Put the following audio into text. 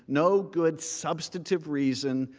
no good substantive reason,